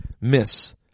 Miss